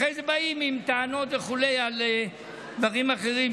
אחרי זה באים בטענות וכו' על דברים אחרים,